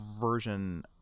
version